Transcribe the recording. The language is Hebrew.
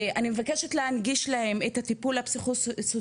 אני מבקשת להנגיש להם את הטיפול הפסיכוסוציאלי